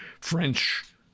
French